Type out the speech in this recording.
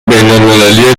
بینالمللی